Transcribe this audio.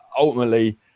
ultimately